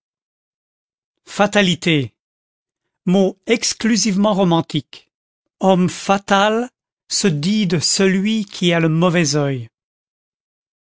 fatalité mot exclusivement romantique homme fatal se dit de celui qui a le mauvais oeil